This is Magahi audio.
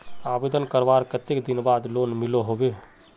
आवेदन करवार कते दिन बाद लोन मिलोहो होबे?